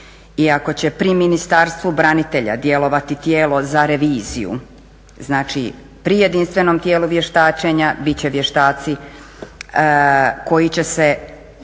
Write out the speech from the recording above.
I ako će pri Ministarstvu branitelja djelovati tijelo za reviziju, znači pri jedinstvenom tijelu vještačenja bit će vještaci koji će se,